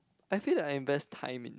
I feel that I invest time in